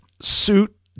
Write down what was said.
suit